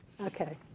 Okay